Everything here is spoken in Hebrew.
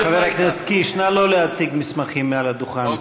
חבר הכנסת קיש, נא לא להציג מסמכים מעל הדוכן.